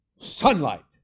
sunlight